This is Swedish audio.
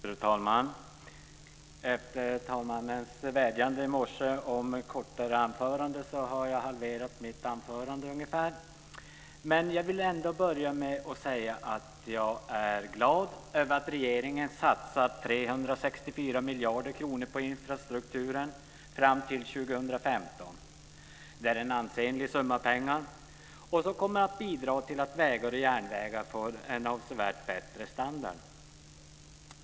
Fru talman! Efter talmannens vädjan i morse om kortare anföranden har jag halverat mitt anförande. Jag vill ändå börja med att säga att jag är glad att regeringen satsar 364 miljarder kronor på infrastrukturen fram till 2015. Det är en ansenlig summa pengar som kommer att bidra till att vägar och järnvägar får en bättre standard.